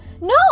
No